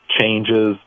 changes